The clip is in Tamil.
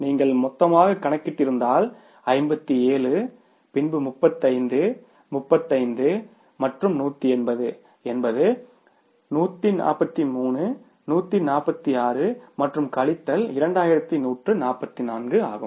நீங்கள் மொத்தமாக கணக்கிட்ருந்தால் 57 பின்பு 35 35 மற்றும் 180 என்பது 143 146 மற்றும் கழித்தல் 2 144 ஆகும்